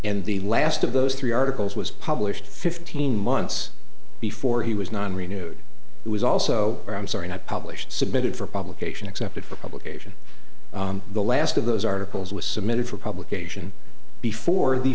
and the last of those three articles was published fifteen months before he was not renewed it was also or i'm sorry not published submitted for publication accepted for publication the last of those articles was submitted for publication before the